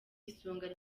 isonga